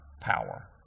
power